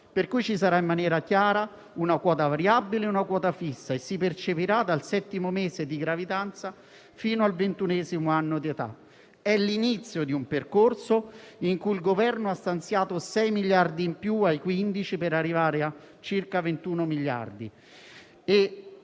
quindi in maniera chiara una quota variabile e una fissa e si percepirà dal settimo mese di gravidanza fino al ventunesimo anno di età. È l'inizio di un percorso in cui il Governo ha stanziato 6 miliardi in più rispetto ai 15, per arrivare a circa 21.